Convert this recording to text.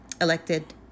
elected